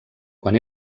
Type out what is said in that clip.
quan